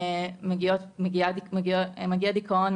מגיע דיכאון,